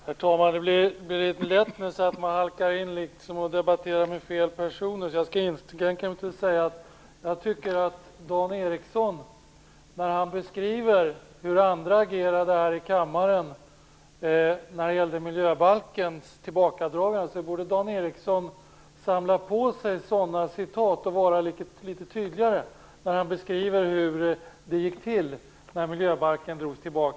Herr talman! Det blir lätt så att man halkar in i debatten och debatterar med fel personer. Därför inskränker jag mig till att säga att Dan Ericsson, som här i kammaren beskrivit andras agerande när det gällde tillbakadragandet av förslaget till miljöbalk, borde samla på sig citat och vara litet tydligare i sin beskrivning av hur det hela gått till.